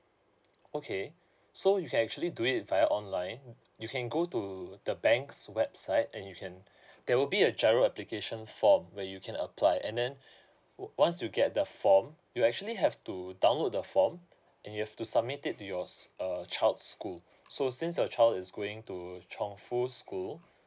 okay so you can actually do it via online you can go to the bank's website and you can there will be a giro application form where you can apply and then once you get the form you actually have to download the form and you have to submit it to yours uh child's school so since your child is going to chongfu school